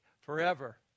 forever